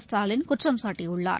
ஸ்டாலின் குற்றம் சாட்டியுள்ளார்